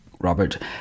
Robert